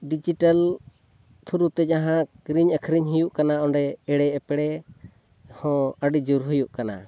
digital ᱛᱷᱩᱨᱩᱛᱮ ᱡᱟᱦᱟᱸ ᱠᱤᱨᱤᱧᱼᱟᱹᱠᱷᱨᱤᱧ ᱦᱩᱭᱩᱜ ᱠᱟᱱᱟ ᱚᱸᱰᱮ ᱮᱲᱮᱼᱮᱯᱲᱮᱦᱚᱸ ᱟᱹᱰᱤᱡᱳᱨ ᱦᱩᱭᱩᱜ ᱠᱟᱱᱟ